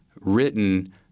written